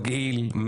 מגעיל,